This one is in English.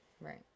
Right